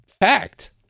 fact